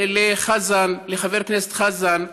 לחבר הכנסת חזן,